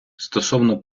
стосовно